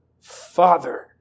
Father